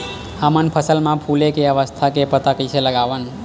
हमन फसल मा फुले के अवस्था के पता कइसे लगावन?